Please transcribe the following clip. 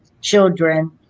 children